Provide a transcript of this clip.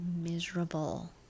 miserable